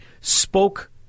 spoke